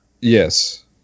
Yes